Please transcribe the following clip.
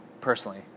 personally